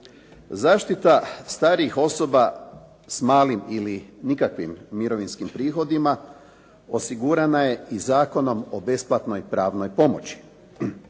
Zaštita starijih osoba s malim ili nikakvim mirovinskim prihodima osigurana je i Zakonom o besplatnoj pravnoj pomoći.